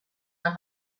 and